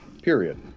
Period